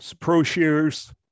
pro-shares